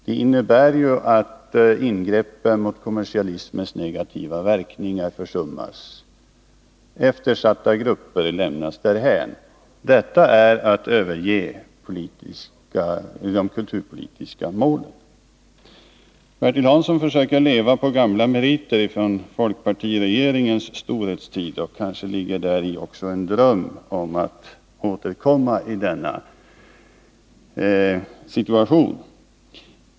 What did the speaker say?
Det innebär också att ingrepp mot kommersialismens negativa verkningar försummas. Eftersatta grupper lämnas därhän. Detta är att överge de kulturpolitiska målen. Bertil Hansson försöker leva på gamla meriter från folkpartiregeringens storhetstid. Kanske ligger däri också en dröm om att återkomma i den situationen.